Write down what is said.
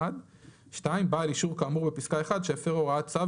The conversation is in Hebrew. (ג)(1); (2)בעל אישור כאמור בפסקה (1) שהפר הוראת צו